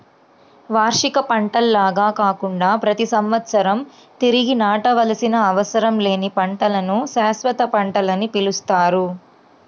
వార్షిక పంటల్లాగా కాకుండా ప్రతి సంవత్సరం తిరిగి నాటవలసిన అవసరం లేని పంటలను శాశ్వత పంటలని పిలుస్తారు